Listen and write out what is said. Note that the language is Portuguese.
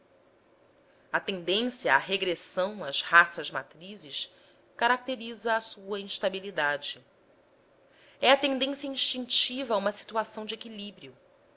a tendência à regressão às raças matrizes caracteriza a sua instabilidade é a tendência instintiva a uma situação de equilíbrio